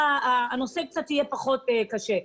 הנושא הזה יהיה קצת פחות קשה.